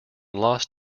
lost